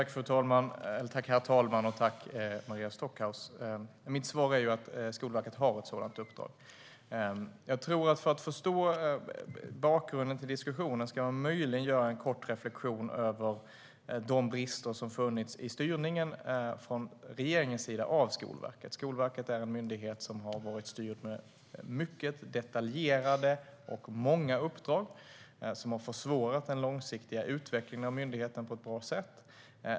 Herr talman! Tack, Maria Stockhaus! Mitt svar är att Skolverket har ett sådant uppdrag. För att förstå bakgrunden till diskussionen ska man möjligen göra en kort reflektion över de brister som funnits i regeringens styrning av Skolverket. Skolverket är en myndighet som har varit styrd med mycket detaljerade och många uppdrag som har försvårat den långsiktiga utvecklingen av myndigheten på ett bra sätt.